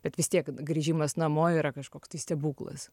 bet vis tiek grįžimas namo yra kažkoks tai stebuklas